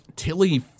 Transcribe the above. Tilly